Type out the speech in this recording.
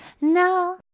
No